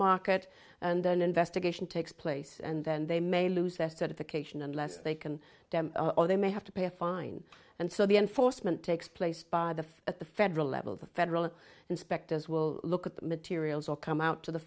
market and an investigation takes place and then they may lose their certification unless they can or they may have to pay a fine and so the enforcement takes place by the at the federal level the federal inspectors will look at the materials or come out to the